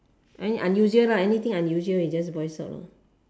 any unusual anything unusual you just voice out lor